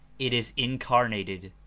it is incarnated,